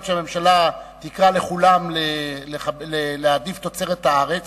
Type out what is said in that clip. שהממשלה תקרא לכולם להעדיף תוצרת הארץ